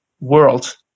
world